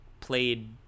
played